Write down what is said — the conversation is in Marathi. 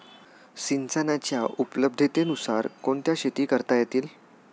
सिंचनाच्या उपलब्धतेनुसार कोणत्या शेती करता येतील?